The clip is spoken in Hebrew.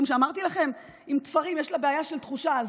יש לה בעיה של תחושה,